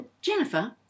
Jennifer